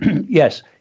yes